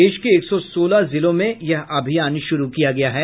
देश के एक सौ सोलह जिलों में यह अभियान शुरू किया गया है